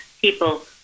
people